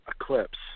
eclipse